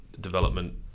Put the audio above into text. development